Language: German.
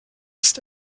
ist